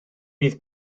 bydd